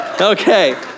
okay